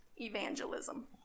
evangelism